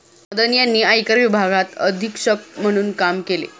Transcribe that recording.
मदन यांनी आयकर विभागात अधीक्षक म्हणून काम केले